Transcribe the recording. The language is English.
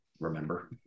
remember